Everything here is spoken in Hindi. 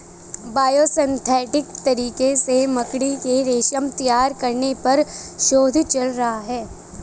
बायोसिंथेटिक तरीके से मकड़ी के रेशम तैयार करने पर शोध चल रहा है